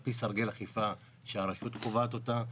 על פי סרגל אכיפה שהרשות קובעת אותו.